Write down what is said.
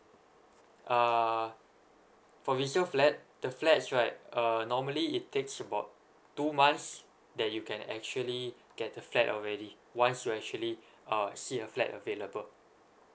uh for resale flat the flats right err normally it takes about two months that you can actually get the flat already once you actually uh see a flat available